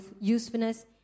usefulness